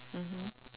mmhmm